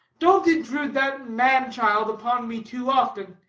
don't intrude that man-child upon me too often.